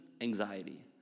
anxiety